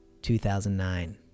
2009